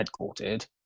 headquartered